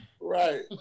Right